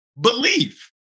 Belief